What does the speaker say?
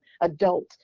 adult